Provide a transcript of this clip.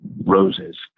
roses